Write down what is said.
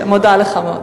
אני מודה לך מאוד.